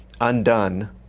undone